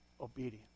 Obedience